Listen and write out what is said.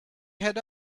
head